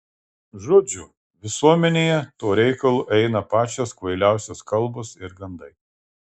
žodžiu visuomenėje tuo reikalu eina pačios kvailiausios kalbos ir gandai